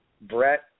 Brett